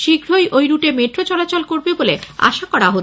শীঘ্রই ওই রুটে মেট্রো চলাচল করবে বলে আশা করা হচ্ছে